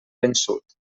vençut